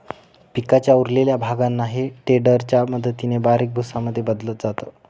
पिकाच्या उरलेल्या भागांना हे टेडर च्या मदतीने बारीक भुसा मध्ये बदलल जात